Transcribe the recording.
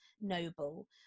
noble